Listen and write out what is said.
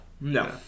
No